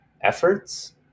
efforts